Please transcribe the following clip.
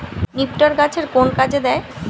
নিপটর গাছের কোন কাজে দেয়?